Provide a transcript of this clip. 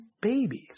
babies